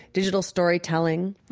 digital storytelling.